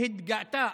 שהתגאתה,